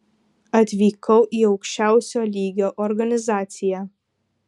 atvykau į aukščiausio lygio organizaciją